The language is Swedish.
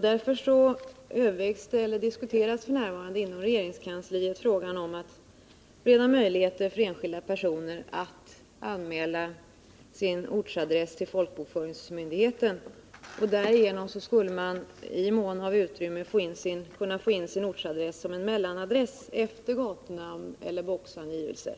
Därför diskuteras f. n. inom regeringskansliet frågan om att bereda möjlighet för enskilda personer att anmäla sin ortsadress till folkbokföringsmyndigheten. Därigenom skulle man i mån av utrymme kunna få in sin ortsadress som en mellanadress efter gatunamn eller boxangivelse.